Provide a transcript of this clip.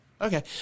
Okay